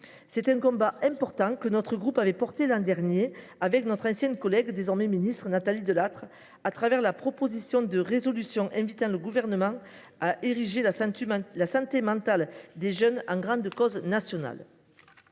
d’un combat important, que notre groupe avait porté l’an dernier en compagnie de notre ancienne collègue, désormais ministre, Nathalie Delattre, au moyen d’une proposition de résolution invitant le Gouvernement à ériger la santé mentale des jeunes en grande cause nationale.